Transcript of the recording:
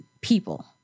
people